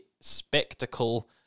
spectacle